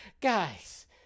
Guys